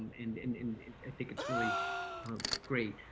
um and and and i think it's really great.